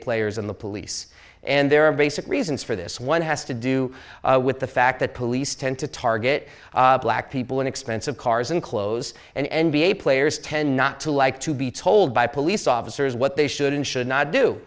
players and the police and there are basic reasons for this one has to do with the fact that police tend to target black people in expensive cars and clothes and n b a players tend not to like to be told by police officers what they should and should not do